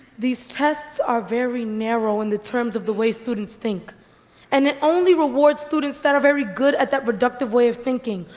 these tests are very narrow in the terms of the way students think and that only rewards students that are very good at that reductive way of thinking.